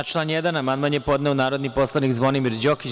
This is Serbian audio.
Na član 1. amandman je podneo narodni poslanik Zvonimir Đokić.